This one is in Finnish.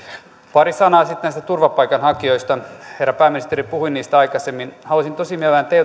pari sanaa sitten näistä turvapaikanhakijoista herra pääministeri puhui näistä aikaisemmin haluaisin tosi mielelläni